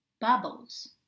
bubbles